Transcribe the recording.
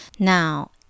Now